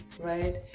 Right